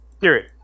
period